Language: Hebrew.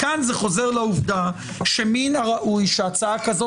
כאן זה חוזר לעובדה שמן הראוי שהצעה כזאת,